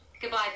Goodbye